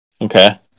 Okay